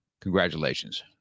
congratulations